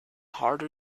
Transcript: harder